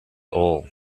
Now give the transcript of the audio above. all